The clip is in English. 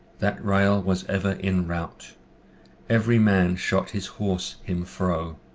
that ryall was ever in rout every man shot his horse him fro,